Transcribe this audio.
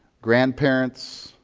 grandparents,